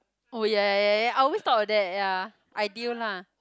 oh ya ya ya ya I always thought of that ya ideal lah